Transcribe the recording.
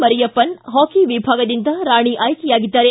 Mariyappan hockey ವಿಭಾಗದಿಂದ ರಾಣಿ ಆಯ್ಕೆಯಾಗಿದ್ದಾರೆ